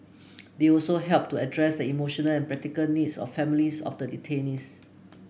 they also helped to address the emotional and practical needs of families of the detainees